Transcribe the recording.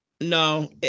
No